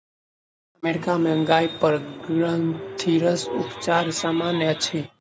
America में गाय पर ग्रंथिरस उपचार सामन्य अछि